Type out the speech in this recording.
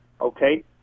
okay